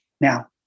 Now